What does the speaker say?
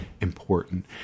important